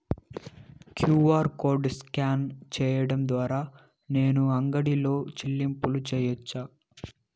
QR code scan సేయడం ద్వారా నేను అంగడి లో చెల్లింపులు సేయొచ్చా?